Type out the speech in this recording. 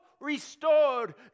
restored